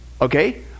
okay